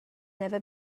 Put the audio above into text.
never